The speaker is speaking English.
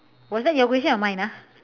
was that your question or mine ah